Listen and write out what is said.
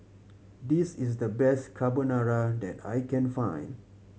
this is the best Carbonara that I can find